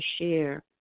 share